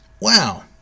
wow